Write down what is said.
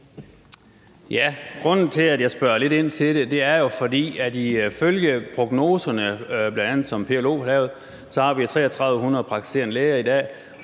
grunden til, at jeg spørger lidt ind til det, er jo, at ifølge prognoserne, som bl.a. PLO har lavet, har vi 3.300 praktiserende læger i dag,